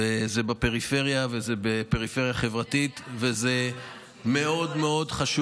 וזה בפריפריה, זה בפריפריה חברתית, זה היה, ואני